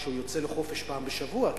כשהוא יוצא לחופש פעם בשבוע,